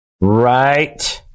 Right